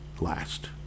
Last